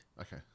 Okay